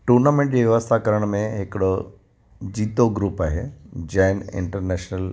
tournament जी व्यवस्था करण में हिकिड़ो जीतो ग्रूप आहे जैन इंटरनेशनल